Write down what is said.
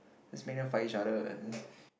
just make them fight each other then just